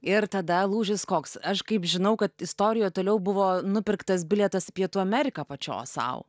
ir tada lūžis koks aš kaip žinau kad istorija toliau buvo nupirktas bilietas į pietų ameriką pačios sau